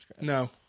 No